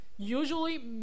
Usually